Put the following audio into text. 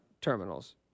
terminals